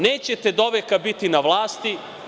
Nećete doveka biti na vlasti.